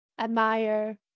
admire